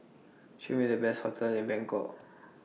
Show Me The Best hotels in Bangkok